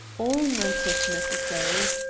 all night, if necessary.